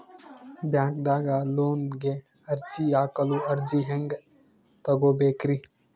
ಬ್ಯಾಂಕ್ದಾಗ ಲೋನ್ ಗೆ ಅರ್ಜಿ ಹಾಕಲು ಅರ್ಜಿ ಹೆಂಗ್ ತಗೊಬೇಕ್ರಿ?